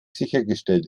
sichergestellt